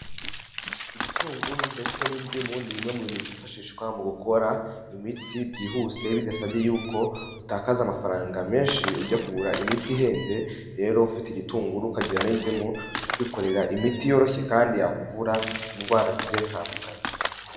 Igitunguru ndetse n'indimu ni bimwe mu bintu byifashishwa mu gukora imiti byihuse bidasabye yuko utakaza amafaranga menshi ujya kugura imiti ihenze, rero ufite igitunguru ukagira n'indimu ushobora kwikorera imiti yoroshye kandi yakuvura indwara zigiye zitandukanye.